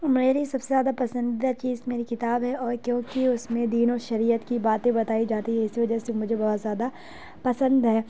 میری سب سے زیادہ پسندیدہ چیز میری کتاب ہے اور کیونکہ اُس میں دین اور شریعت کی باتیں بتائی جاتی ہیں اِسی وجہ سے مجھے بہت زیادہ پسند ہے